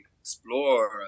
explore